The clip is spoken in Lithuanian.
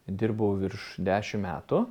dirbu virš dešim metų